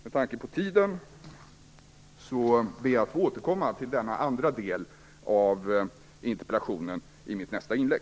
Med tanke på tiden ber jag att få återkomma till denna andra del av interpellationen i mitt nästa inlägg.